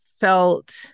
felt